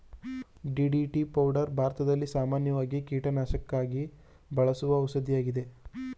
DDT powder ಭಾರತದಲ್ಲಿ ಸಾಮಾನ್ಯವಾಗಿ ಕೀಟನಾಶಕಕ್ಕಾಗಿ ಬಳಸುವ ಔಷಧಿಯಾಗಿದೆ